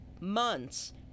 months